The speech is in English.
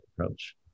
approach